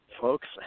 folks